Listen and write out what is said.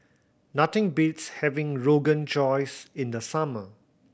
nothing beats having Rogan Josh in the summer